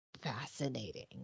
Fascinating